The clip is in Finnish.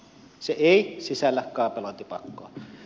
se ei sisällä kaapelointipakkoa